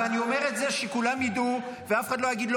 ואני אומר את זה שכולם ידעו ואף אחד לא יגיד "לא